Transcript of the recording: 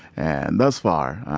and, thus far,